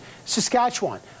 Saskatchewan